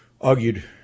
argued